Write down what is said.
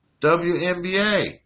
WNBA